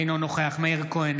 אינו נוכח מאיר כהן,